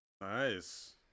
Nice